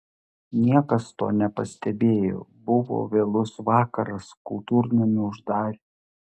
niekas to nepastebėjo buvo vėlus vakaras kultūrnamį uždarė